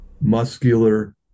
muscular